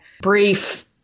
brief